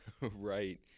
right